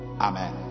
amen